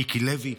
מיקי לוי,